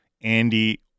Andy